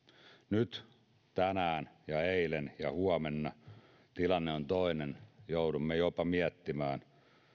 nyt tänään eilen ja huomenna tilanne on toinen joudumme jopa miettimään